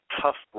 tough